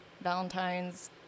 Valentine's